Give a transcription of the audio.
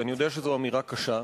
ואני יודע שזו אמירה קשה,